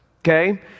okay